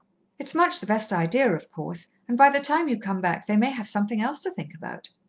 it's much the best idea, of course, and by the time you come back they may have something else to think about.